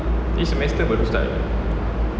eh semester baru start ah